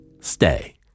Stay